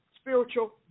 spiritual